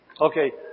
Okay